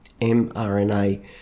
mRNA